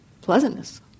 pleasantness